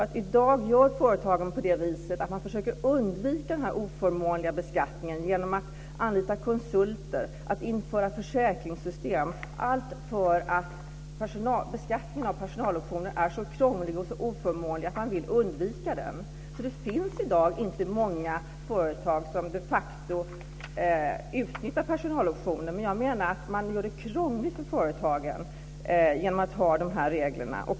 I dag försöker företagen undvika den oförmånliga beskattningen genom att anlita konsulter och införa försäkringssystem - allt för att beskattningen av personaloptioner är så krånglig och oförmånlig att man vill undvika den. Det finns i dag inte många företag som de facto utnyttjar personaloptioner. Jag anser att man gör det krångligt för företagen genom dessa regler.